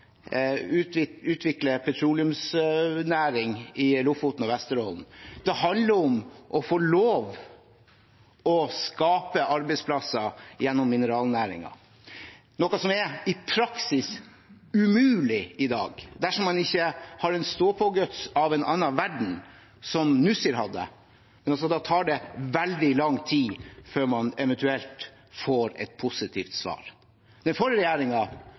skape arbeidsplasser gjennom mineralnæringen, noe som i praksis er umulig i dag, dersom man ikke har stå på-guts av en annen verden, som Nussir hadde, men da tar det veldig lang tid før man eventuelt får et positivt svar. Den forrige